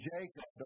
Jacob